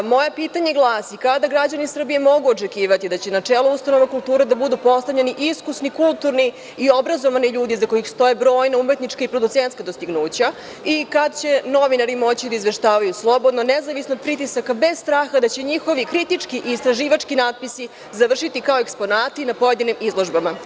Moje pitanje glasi – kada građani Srbije mogu očekivati da će na čelo ustanova kulture da budu postavljeni iskusni, kulturni i obrazovani ljudi iza kojih stoje brojna umetnička i producentska dostignuća, i kada će novinari moći da izveštavaju slobodno, nezavisno od pritisaka, bez straha da će njihovi kritički i istraživački natpisi završiti kao eksponati na pojedinim izložbama?